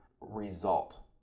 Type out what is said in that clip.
result